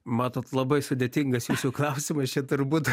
matot labai sudėtingas jūsų klausimas čia turbūt